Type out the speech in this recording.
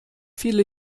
viele